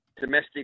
domestic